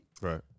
Right